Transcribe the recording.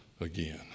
again